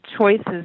choices